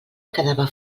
quedava